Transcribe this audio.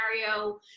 scenario